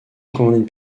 commandait